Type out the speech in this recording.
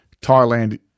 Thailand